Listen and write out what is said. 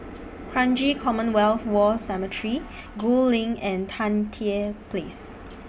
Kranji Commonwealth War Cemetery Gul LINK and Tan Tye Place